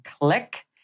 click